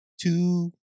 Two